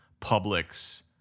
Publix